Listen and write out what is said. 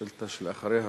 השאילתא שלאחריה,